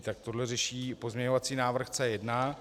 Tak tohle řeší pozměňovací návrh C1.